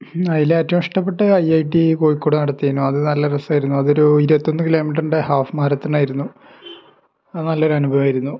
അതിലേറ്റവും ഇഷ്ടപെട്ട I I T Kozhikode നടത്തിയ അത് നല്ല രസമായിരുന്നു അതൊരു ഇരുപത്തൊന്ന് കിലോ മീറ്ററിൻറെ ഹാഫ് മാരത്തിനായിരുന്നു അത് നല്ലൊരു അനുഭവമായിരുന്നു